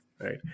right